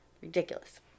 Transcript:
Ridiculous